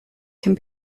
can